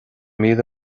míle